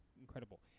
incredible